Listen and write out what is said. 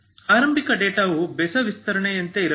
ಆರಂಭಿಕ ಡೇಟಾವು ಬೆಸ ವಿಸ್ತರಣೆಯಂತೆಯೇ ಇರಬೇಕು